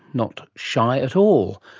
not shy at all.